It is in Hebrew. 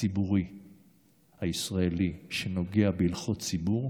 הציבורי הישראלי שנוגע בהלכות ציבור,